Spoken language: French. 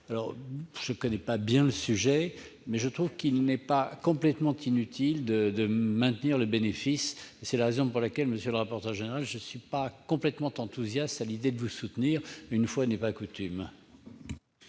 Sans bien connaître le sujet, je trouve qu'il n'est pas complètement inutile de maintenir le bénéfice de ce dispositif. C'est la raison pour laquelle, monsieur le rapporteur général, je ne suis pas tout à fait enthousiaste à l'idée de vous soutenir, une fois n'est pas coutume